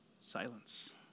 Silence